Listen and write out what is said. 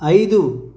ఐదు